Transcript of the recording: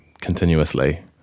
continuously